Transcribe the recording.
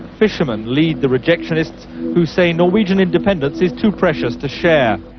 fishermen lead the rejectionists who say norwegian independence is too precious to share.